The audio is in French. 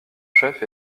chef